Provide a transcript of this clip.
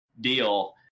deal